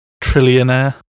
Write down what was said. trillionaire